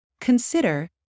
Consider